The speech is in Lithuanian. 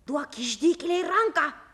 duok išdykėlei ranką